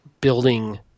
building